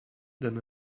than